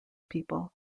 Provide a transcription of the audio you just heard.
people